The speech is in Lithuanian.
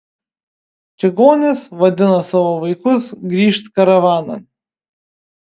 čigonės vadino savo vaikus grįžt karavanan